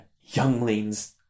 Younglings